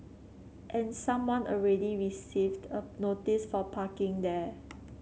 and someone already received a notice for parking there